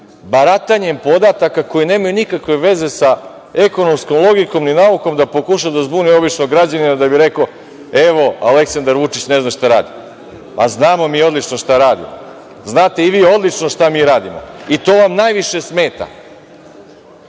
baratanjem podataka koji nemaju nikakve veze sa ekonomskom logikom i naukom da pokuša da zbuni običnog građanina, da bi rekao - evo, Aleksandar Vučić ne zna šta radi. Znamo mi odlično šta radimo. Znate i vi odlično šta mi radimo. I to vam najviše smeta,